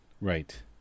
Right